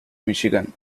michigan